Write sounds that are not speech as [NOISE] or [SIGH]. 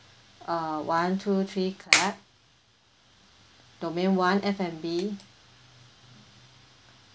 uh one two three clap [NOISE] domain one F and B